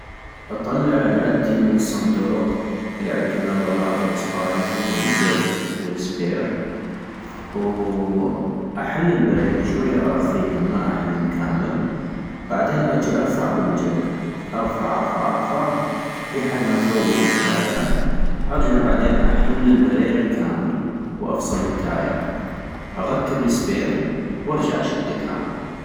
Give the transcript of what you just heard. اطلع العدي من الصندوق، العدي مال غراض السباين والجك والسبير - واحل البريغي، شويه ارخيهم ما احلم كامل - بعدين اجي ارفع بالجك، ارفع ارفع ارفع، لي حد ما تبوش التايه -ارجع بعدين احل البريغي كامل، وافصل التاية - اغكب السبير، وارجع اشدا كامل